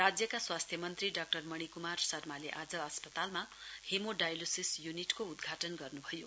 राज्यका स्वास्थ्य मन्त्री डाक्टर मणि कुमार शर्माले आज अस्पतालमा हेमो डायलोसिस युनिटको उद्घाटन गर्नुभयो